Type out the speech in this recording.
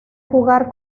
jugar